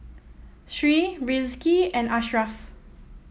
Sri Rizqi and Ashraf